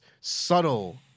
subtle